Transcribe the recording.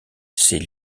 c’est